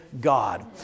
God